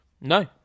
No